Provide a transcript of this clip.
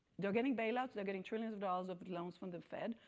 they're getting bailouts, they're getting trillions of dollars of loans from the fed,